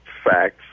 facts